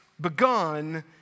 begun